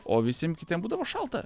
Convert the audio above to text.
o visiem kitiem būdavo šalta